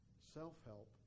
Self-help